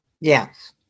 Yes